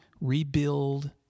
rebuild